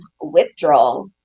withdrawal